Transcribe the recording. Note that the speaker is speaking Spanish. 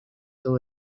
todo